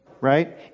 right